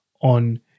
on